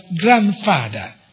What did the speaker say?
grandfather